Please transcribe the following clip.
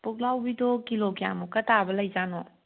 ꯄꯨꯛꯂꯥꯎꯕꯤꯗꯣ kilo ꯀꯌꯥꯃꯨꯛꯀ ꯇꯥꯕ ꯂꯩꯕꯖꯥꯠꯅꯣ